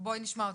בואי נשמע אותך.